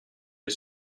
les